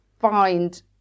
find